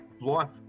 life